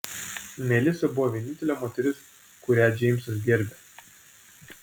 melisa buvo vienintelė moteris kurią džeimsas gerbė